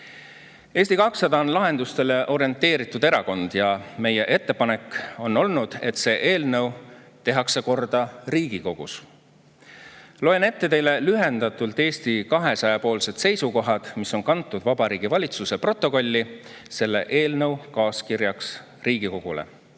Eesti 200 on lahendustele orienteeritud erakond ja meie ettepanek on olnud, et see eelnõu tehakse korda Riigikogus. Loen teile lühendatult ette Eesti 200 seisukohad, mis on kantud Vabariigi Valitsuse protokolli selle eelnõu kaaskirjaks Riigikogule.